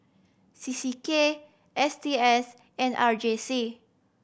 C C K S T S and R J C